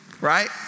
right